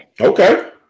Okay